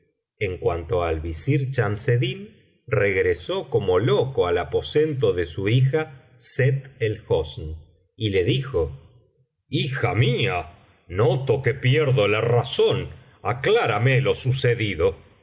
en cuanto al visir chamseddin regresó como loco al aposento de su hija sett el hosn y le dijo hija mía noto que pierdo la razón aclárame lo sucedido